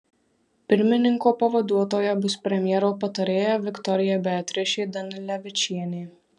pirmininko pavaduotoja bus premjero patarėja viktorija beatričė danilevičienė